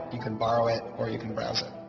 you can borrow it or you can browse it.